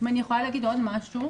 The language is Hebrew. אם אני יכולה להגיד עוד משהו,